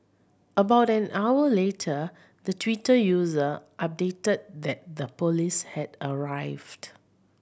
about an hour later the Twitter user updated that the police had arrived